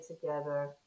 together